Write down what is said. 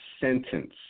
sentence